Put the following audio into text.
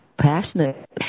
passionate